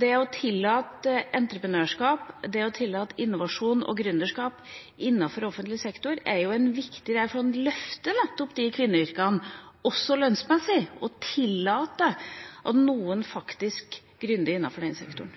Det å tillate entreprenørskap, det å tillate innovasjon og gründerskap innenfor offentlig sektor, er viktig for å løfte nettopp de kvinneyrkene også lønnsmessig. Det gjør man ved å tillate at noen faktisk gründer innenfor den sektoren.